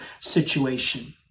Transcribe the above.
situation